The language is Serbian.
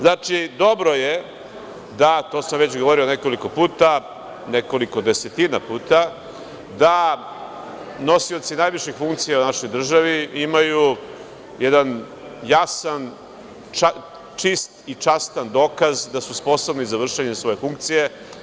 Znači, dobro je da, to sam već govorio nekoliko puta, nekoliko desetina puta, da nosioci najviših funkcija u našoj državi imaju jedan jasan, čist i častan dokaz da su sposobni za vršenje svoje funkcije.